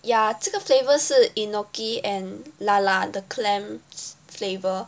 ya 这个 flavour 是 enoki and lala the clams flavour